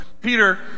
Peter